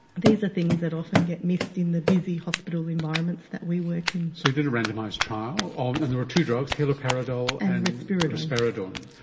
these are things that often get missed in the busy hospital environments that we work in. so you did a randomised trial, and there were two drugs, haloperidol and risperidone.